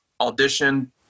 audition